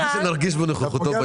רציתי שנרגיש בנוכחותו.